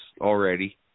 already